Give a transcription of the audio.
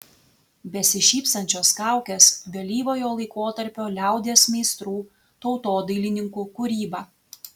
besišypsančios kaukės vėlyvojo laikotarpio liaudies meistrų tautodailininkų kūryba